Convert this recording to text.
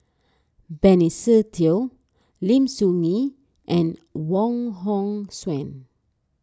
Benny Se Teo Lim Soo Ngee and Wong Hong Suen